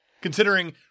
Considering